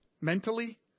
mentally